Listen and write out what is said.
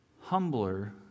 humbler